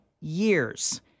years